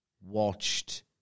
watched